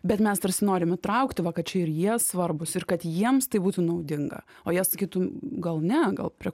bet mes tarsi norime įtraukti va kad čia ir jie svarbūs ir kad jiems tai būtų naudinga o jie sakytų gal ne gal prie